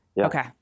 okay